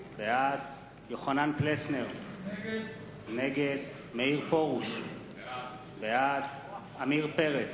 בעד יוחנן פלסנר, נגד מאיר פרוש, בעד עמיר פרץ,